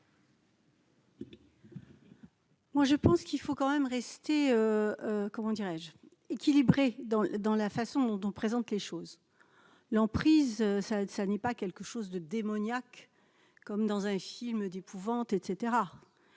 Moi je pense qu'il faut quand même rester, comment dirais-je, équilibré dans dans la façon dont on présente les choses, l'emprise, ça n'est pas quelque chose de démoniaque, comme dans un film d'épouvante et